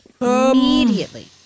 Immediately